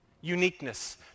uniqueness